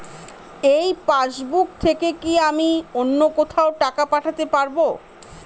এই পাসবুক থেকে কি আমি অন্য কোথাও টাকা পাঠাতে পারব?